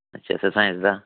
अच्छा साईंस दा